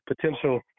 potential